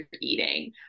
eating